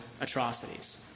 atrocities